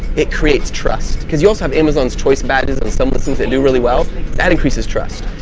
it creates trust because you also have amazon's choice badges, and some of the things that do really well that increases trust.